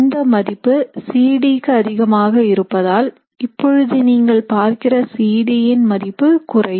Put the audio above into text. இந்த மதிப்பு C D க்கு அதிகமாக இருப்பதால் இப்பொழுது நீங்கள் பார்க்கிற C D ன் மதிப்பு குறையும்